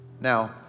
Now